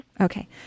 Okay